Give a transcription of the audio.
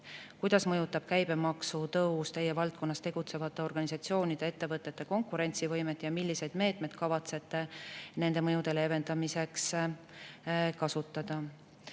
"Kuidas mõjutab käibemaksutõus Teie valdkonnas tegutsevate organisatsioonide ja ettevõtete konkurentsivõimet ning milliseid meetmeid kavatsete nende mõjude leevendamiseks kasutada?"